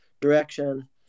direction